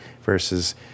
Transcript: versus